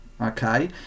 Okay